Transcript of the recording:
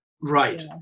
Right